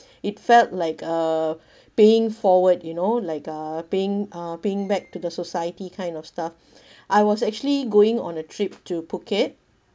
it felt like uh paying forward you know like uh paying uh paying back to the society kind of stuff I was actually going on a trip to phuket